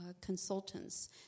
consultants